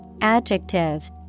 adjective